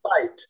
fight